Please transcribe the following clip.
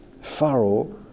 Pharaoh